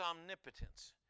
omnipotence